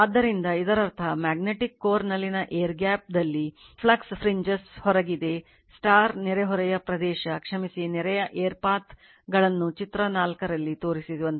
ಆದ್ದರಿಂದ ಇದರರ್ಥ magnetic ಗಳನ್ನು ಚಿತ್ರ 4 ರಲ್ಲಿ ತೋರಿಸಿರುವಂತೆ